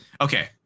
okay